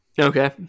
Okay